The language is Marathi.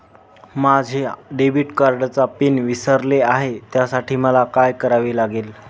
माझ्या डेबिट कार्डचा पिन विसरले आहे त्यासाठी मला काय करावे लागेल?